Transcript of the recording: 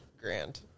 grand